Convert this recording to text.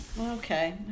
okay